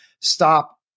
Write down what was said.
stop